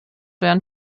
werden